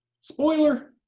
Spoiler